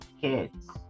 kids